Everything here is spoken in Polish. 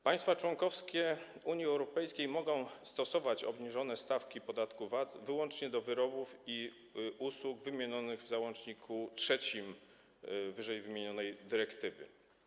Państwa członkowskie Unii Europejskiej mogą stosować obniżone stawki podatku VAT wyłącznie do wyrobów i usług wymienionych w załączniku III ww. dyrektywy.